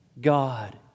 God